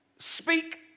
Speak